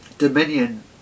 dominion